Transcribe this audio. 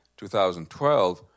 2012